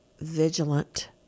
vigilant